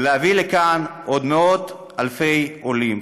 להביא לכאן עוד מאות אלפי עולים.